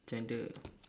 gender